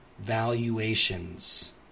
valuations